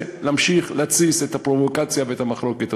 להמשיך להתסיס את הפרובוקציה ואת המחלוקת.